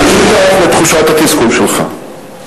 אני שותף לתחושת התסכול שלך,